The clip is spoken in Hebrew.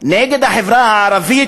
נגד החברה הערבית,